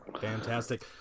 fantastic